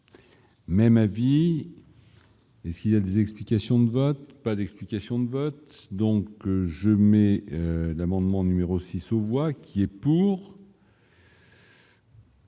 Même avis. Et s'il y a des explications de vote, pas d'explication de vote donc je mets l'amendement numéro 6 aux voix qui est pour.